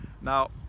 Now